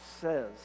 says